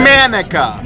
Manica